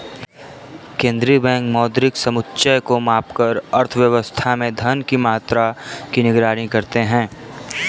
केंद्रीय बैंक मौद्रिक समुच्चय को मापकर अर्थव्यवस्था में धन की मात्रा की निगरानी करते हैं